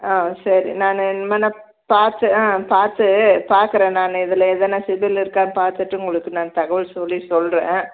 ஆ சரி நான் இனிமே நான் பார்த்து ஆ பார்த்து பார்க்குறேன் நான் இதில் எதுன்னா சிதுலு இருக்கான்னு பார்த்துட்டு உங்களுக்கு நான் தகவல் சொல்லிவிட்டு சொல்லுறேன்